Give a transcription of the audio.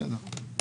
בסדר.